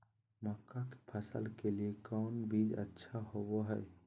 मक्का के फसल के लिए कौन बीज अच्छा होबो हाय?